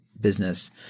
business